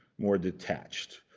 more detached,